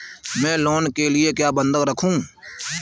मैं लोन के लिए क्या बंधक रखूं?